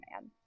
man